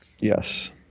yes